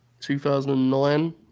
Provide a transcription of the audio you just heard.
2009